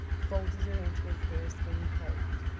folded her into his bearskin coat.